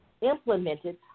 implemented